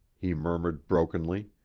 he murmured brokenly.